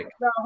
Now